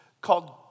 called